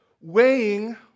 weighing